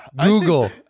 Google